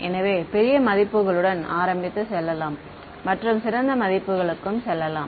எனவே பெரிய மதிப்புகளுடன் ஆரம்பித்து செல்லலாம் மற்றும் சிறந்த மதிப்புகளுக்கும் செல்லலாம்